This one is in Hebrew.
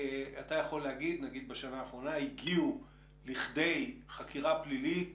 בשנה האחרונה הגיעו לידי חקירה פלילית